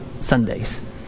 Sundays